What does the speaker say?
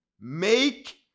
make